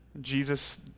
Jesus